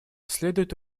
следует